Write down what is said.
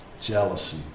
jealousy